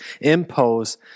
impose